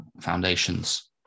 Foundations